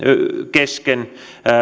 kesken